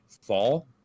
fall